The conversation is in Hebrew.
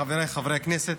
חבריי חברי הכנסת,